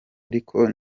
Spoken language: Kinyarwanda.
ariko